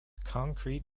concrete